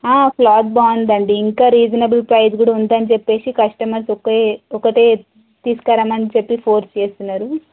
cloth బాగుందండి ఇంకా reasonable price కూడా ఉందని చెప్పేసి కస్టమర్స్ ఒకే ఒకటే తీసకరమ్మని చెప్పి ఫోర్స్ చేస్తున్నారు